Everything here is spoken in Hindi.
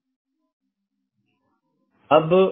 यह कनेक्टिविटी का तरीका है